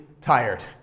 tired